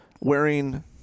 wearing